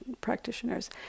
practitioners